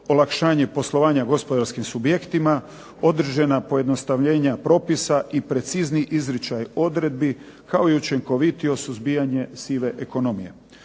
olakšanje poslovanja gospodarskim subjektima, određena pojednostavljenja propisa i precizniji izričaj odredbi, kao i učinkovitije suzbijanje sive ekonomije.